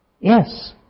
Yes